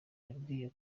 yambwiye